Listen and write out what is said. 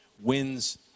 wins